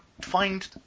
find